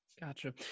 Gotcha